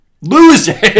Loser